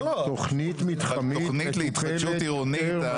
תכנית להתחדשות עירונית,